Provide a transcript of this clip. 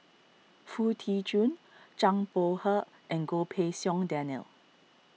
Foo Tee Jun Zhang Bohe and Goh Pei Siong Daniel